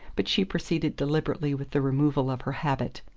but she proceeded deliberately with the removal of her habit.